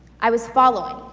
i was following.